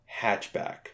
hatchback